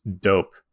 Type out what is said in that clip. dope